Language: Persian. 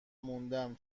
موندم